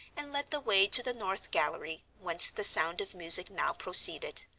and led the way to the north gallery, whence the sound of music now proceeded.